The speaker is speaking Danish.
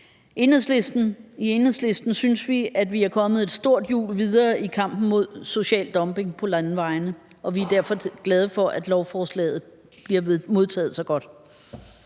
I Enhedslisten synes vi, at vi er kommet et stort hjul videre i kampen mod social dumping på landevejene, og vi er derfor glade for, at lovforslaget bliver modtaget så godt.